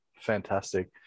fantastic